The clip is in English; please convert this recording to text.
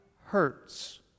hurts